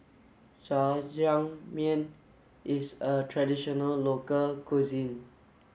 Jajangmyeon is a traditional local cuisine